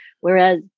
Whereas